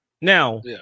Now